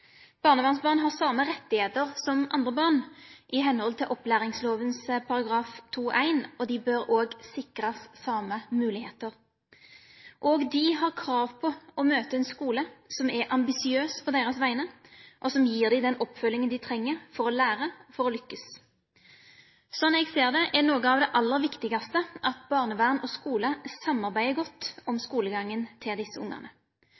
Barnevernsbarn har samme rettigheter som andre barn i henhold til opplæringsloven § 2-1, og de bør også sikres samme muligheter. De har krav på å møte en skole som er ambisiøs på deres vegne, og som gir dem den oppfølgingen de trenger for å lære, for å lykkes. Sånn som jeg ser det, er noe av det aller viktigste at barnevern og skole samarbeider godt om skolegangen til disse ungene.